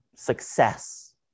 Success